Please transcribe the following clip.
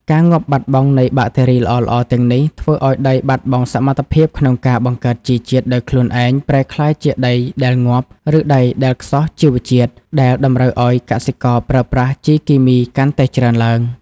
ការងាប់បាត់បង់នៃបាក់តេរីល្អៗទាំងនេះ ធ្វើឱ្យដីបាត់បង់សមត្ថភាពក្នុងការបង្កើតជីជាតិដោយខ្លួនឯង ប្រែក្លាយជាដីដែលងាប់ ឬដីដែលខ្សោះជីវជាតិ ដែលតម្រូវឱ្យកសិករប្រើប្រាស់ជីគីមីកាន់តែច្រើនឡើង។